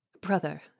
brother